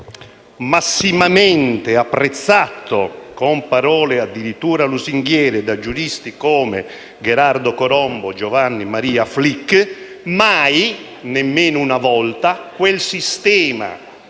massimamente apprezzato, con parole addirittura lusinghiere, da giuristi come Gherardo Colombo e Giovanni Maria Flick, mai, neanche una volta, quel sistema